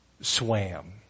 swam